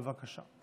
בבקשה.